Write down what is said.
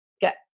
get